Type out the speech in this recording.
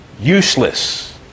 Useless